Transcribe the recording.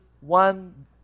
one